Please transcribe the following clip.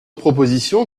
proposition